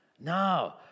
No